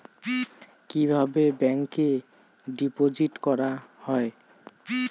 কিভাবে ব্যাংকে ডিপোজিট করা হয়?